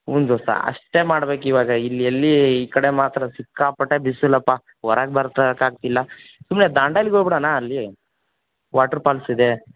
ಹ್ಞೂ ದೋಸ್ತ ಅಷ್ಟೆ ಮಾಡ್ಬೇಕು ಇವಾಗ ಇಲ್ಲಿ ಎಲ್ಲಿ ಈ ಕಡೆ ಮಾತ್ರ ಸಿಕ್ಕಾಪಟ್ಟೆ ಬಿಸಲಪ್ಪ ಹೊರಗ್ ಆಗ್ತಿಲ್ಲ ಸುಮ್ಮನೆ ದಾಂಡೇಲಿಗೆ ಹೋಗ್ಬಿಡೊನಾ ಅಲ್ಲಿ ವಾಟ್ರ್ ಫಾಲ್ಸ್ ಇದೆ